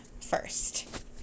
first